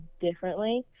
differently